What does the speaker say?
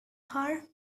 hour